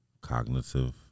cognitive